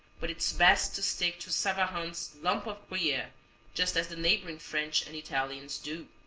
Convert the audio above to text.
but it's best to stick to savarin's lump of gruyere just as the neighboring french and italians do.